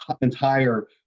entire